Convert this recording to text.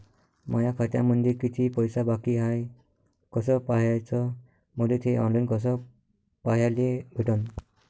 माया खात्यामंधी किती पैसा बाकी हाय कस पाह्याच, मले थे ऑनलाईन कस पाह्याले भेटन?